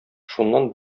шуннан